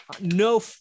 No